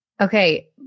Okay